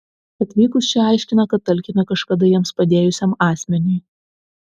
atvykus šie aiškina kad talkina kažkada jiems padėjusiam asmeniui